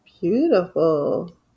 beautiful